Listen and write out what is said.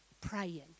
praying